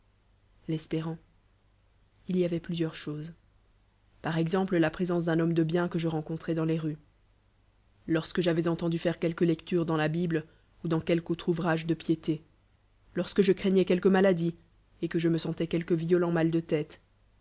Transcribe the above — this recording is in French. l'espér il y avoit plusieurs cho es par ej emple la présence d'u homme de bien que je rencontroi dans les rues lorsque j'avois enten do faire quelque lecture dans la bi ble ou dans quelque autre ouvragl de piété lorsque je craignois quel qu maladie et lue je me sentaiis quelque violent mal de téte